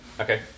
Okay